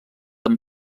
amb